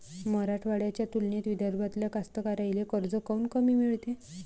मराठवाड्याच्या तुलनेत विदर्भातल्या कास्तकाराइले कर्ज कमी काऊन मिळते?